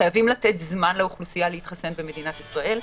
חייבים לתת זמן לאוכלוסייה להתחסן במדינת ישראל.